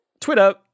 Twitter